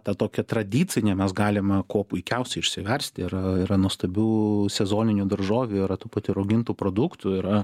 ta tokia tradicine mes galim kuo puikiausiai išsiversti yra yra nuostabių sezoninių daržovių yra tų pati raugintų produktų yra